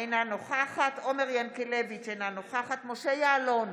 אינה נוכחת עומר ינקלביץ' אינה נוכחת משה יעלון,